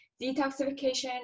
detoxification